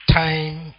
time